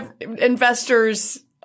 investors